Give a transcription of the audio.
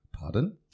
Pardon